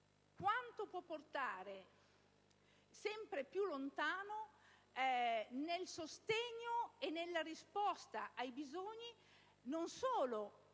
quanto può portare sempre più lontano nel sostegno e nella risposta ai bisogni, non solo